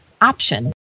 option